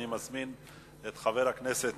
אני מזמין את חבר הכנסת